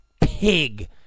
pig